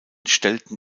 stellten